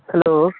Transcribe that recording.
hello